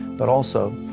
but also,